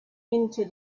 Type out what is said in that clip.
into